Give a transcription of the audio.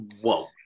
whoa